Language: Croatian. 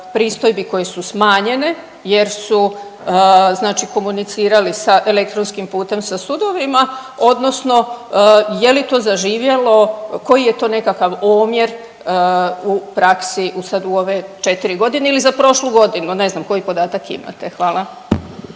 pristojbi koje su smanjene jer su znači komunicirali sa elektronskim putem sa sudovima odnosno je li to zaživjelo, koji je to nekakav omjer u praksi u sad u ove 4.g. ili za prošlu godinu, ne znam koji podatak imate? Hvala.